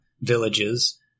villages